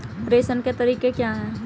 प्रेषण के तरीके क्या हैं?